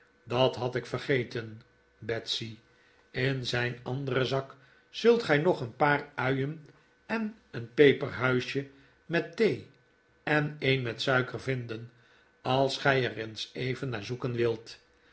dat had ik vergeten betsy in zijn anderen zak zult gij nog een paar uien en een peperhuisje met thee en een met suiker vinden als gij er eens even naar zoeke'n wilt